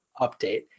update